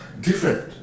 different